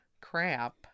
crap